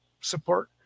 support